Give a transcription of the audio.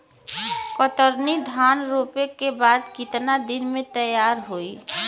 कतरनी धान रोपे के बाद कितना दिन में तैयार होई?